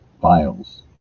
files